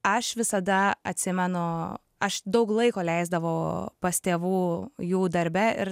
aš visada atsimenu aš daug laiko leisdavau pas tėvų jų darbe ir